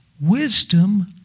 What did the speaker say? Wisdom